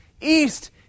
East